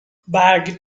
برگ